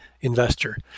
investor